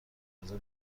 انقضا